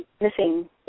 missing